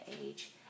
age